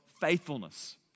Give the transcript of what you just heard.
faithfulness